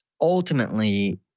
ultimately